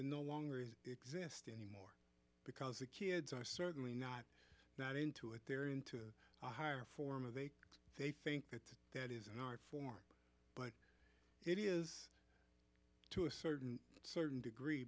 no longer is exist anymore because the kids are certainly not not into it they're into a higher form of aked they think that that is an art form but it is to a certain certain degree